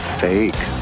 fake